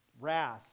Wrath